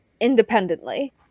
independently